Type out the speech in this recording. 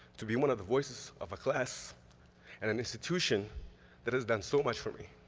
to be one of the voices of a class and an institution that has done so much for me.